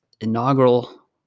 inaugural